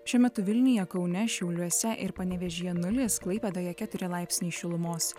šiuo metu vilniuje kaune šiauliuose ir panevėžyje nulis klaipėdoje keturi laipsniai šilumos